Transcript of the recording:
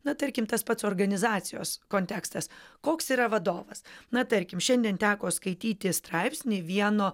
na tarkim tas pats organizacijos kontekstas koks yra vadovas na tarkim šiandien teko skaityti straipsnį vieno